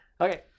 Okay